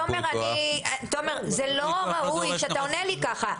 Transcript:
תומר, זה לא ראוי שאתה עונה לי ככה.